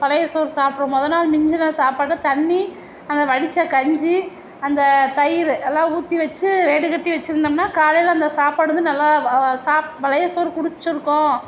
பழைய சோறு சாப்பிட்ருவோம் மொதல் நாள் மிஞ்சின சாப்பாட்டை தண்ணி அந்த வடித்த கஞ்சி அந்த தயிறு அதுலாம் ஊற்றி வெச்சு வேடுகட்டி வெச்சுருந்தோம்னா காலையில் அந்த சாப்பாடு வந்து நல்லா பழைய சோறு குடித்திருக்கோம்